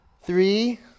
three